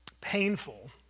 painful